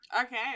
Okay